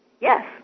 Yes